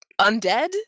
undead